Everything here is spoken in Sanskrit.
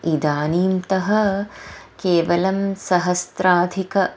इदानीन्तन केवलं सहस्राधिकम्